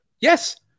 yes